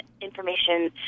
information